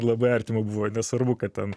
labai artima buvo nesvarbu kad ten